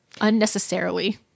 unnecessarily